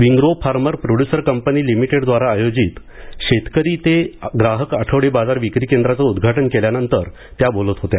Wingrow farmer producer company limited द्वारा आयोजित शेतकरी ते ग्राहक आठवडे बाजार विक्री केंद्राचं उद्वाटन केल्यानंतर त्या बोलत होत्या